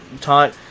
taught